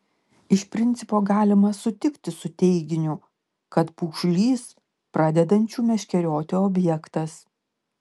iš principo galima sutikti su teiginiu kad pūgžlys pradedančių meškerioti objektas